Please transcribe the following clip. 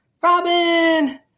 robin